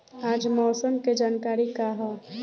आज मौसम के जानकारी का ह?